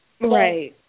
Right